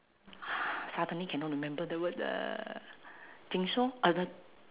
suddenly cannot remember the word uh uh